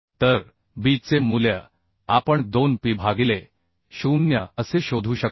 तर b चे मूल्य आपण 2 p भागिले 0 असे शोधू शकतो